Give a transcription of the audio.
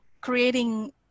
creating